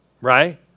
Right